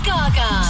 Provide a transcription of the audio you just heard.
Gaga